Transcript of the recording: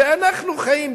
שאנחנו חיים,